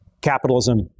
Capitalism